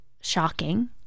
shocking